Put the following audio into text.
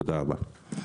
תודה רבה.